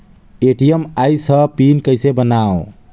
ATM आइस ह pin कइसे बनाओ?